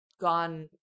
gone